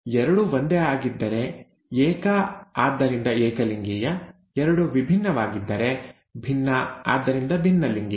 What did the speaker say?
ಎರಡೂ ಒಂದೇ ಆಗಿದ್ದರೆ ಏಕ ಆದ್ದರಿಂದ ಏಕಲಿಂಗೀಯ ಎರಡೂ ವಿಭಿನ್ನವಾಗಿದ್ದರೆ ಭಿನ್ನ ಆದ್ದರಿಂದ ಭಿನ್ನಲಿಂಗೀಯ